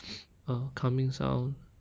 uh calming sound